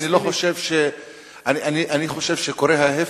אני חושב שקורה ההיפך,